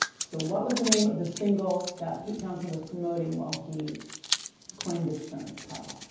so what was the name of the single that pete townsend was promoting while he coined this term, power pop?